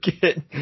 get